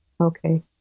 okay